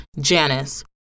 Janice